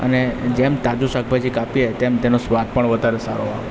અને જેમ તાજું શાકભાજી કાપીએ તેમ તેનો સ્વાદ પણ વધારે સારો આવે